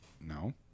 No